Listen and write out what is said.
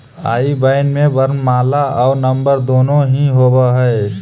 आई बैन में वर्णमाला आउ नंबर दुनो ही होवऽ हइ